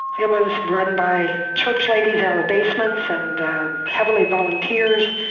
it was run by church ladies out of basements and heavily volunteers.